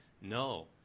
No